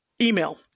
email